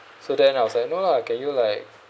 so then I was like no lah can you like